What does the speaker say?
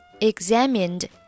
examined